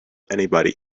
anybody